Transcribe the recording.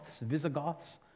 Visigoths